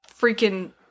freaking